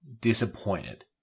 disappointed